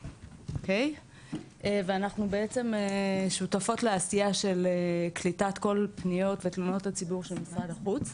אנחנו שותפות לעשייה של קליטת כל פניות ותלונות הציבור של משרד החוץ.